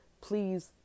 Please